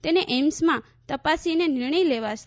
તેને એઇમ્સમાં તપાસીને નિર્ણય લેવાશે